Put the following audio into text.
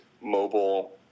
mobile